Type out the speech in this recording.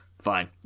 Fine